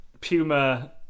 puma